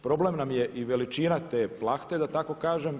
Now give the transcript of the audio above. Problem nam je i veličina te plahte da tako kažem.